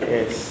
Yes